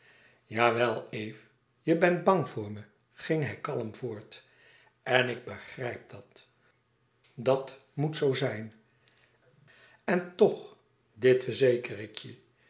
jawel eve je bent bang voor me ging hij kalm voort en ik begrijp dat dat moet zoo zijn en toch dit verzeker ik je